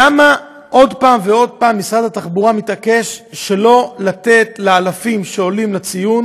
למה עוד פעם ועוד פעם משרד התחבורה מתעקש שלא לתת לאלפים שעולים לציון